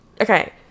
Okay